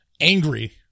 angry